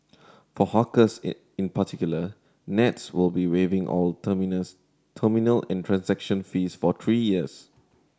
for hawkers in particular Nets will be waiving all terminals terminal and transaction fees for three years